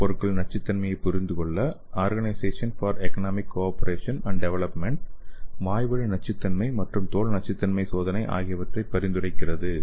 நானோ பொருட்களின் நச்சுத்தன்மையைப் புரிந்து கொள்ள organisation for economic cooperation and development வாய்வழி நச்சுத்தன்மை மற்றும் தோல் நச்சுத்தன்மை சோதனை ஆகியவற்றை பரிந்துரைக்கிறது